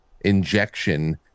injection